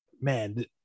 man